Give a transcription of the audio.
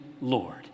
Lord